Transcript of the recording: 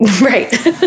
Right